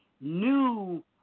new